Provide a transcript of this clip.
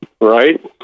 Right